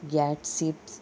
God SIPs